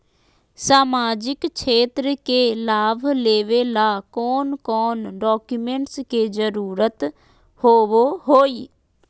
सामाजिक क्षेत्र के लाभ लेबे ला कौन कौन डाक्यूमेंट्स के जरुरत होबो होई?